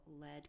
lead